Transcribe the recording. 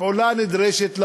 פעולה נדרשת,